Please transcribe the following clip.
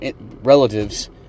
relatives